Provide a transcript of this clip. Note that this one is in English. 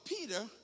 Peter